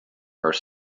are